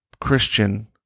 Christian